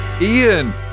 Ian